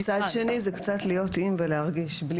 ומצד שני זה קצת להיות עם ולהרגיש בלי.